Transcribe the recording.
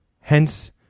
hence